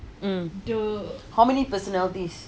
mm how many personalities